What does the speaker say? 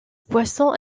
poisson